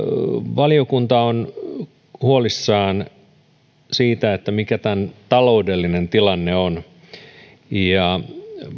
valiokunta on huolissaan siitä mikä tämän taloudellinen tilanne on ja